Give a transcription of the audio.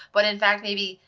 but in fact maybe,